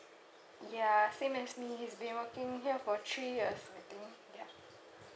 ya same as me he's been working here for three years I think ya